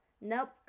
Nope